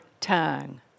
tongue